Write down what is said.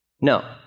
no